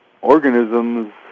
organisms